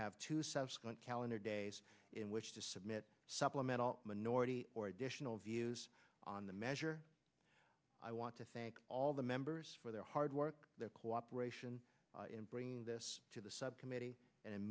have two subsequent calendar days in which to submit supplemental minority or additional views on the measure i want to thank all the members for their hard work their cooperation in bringing this to the subcommittee and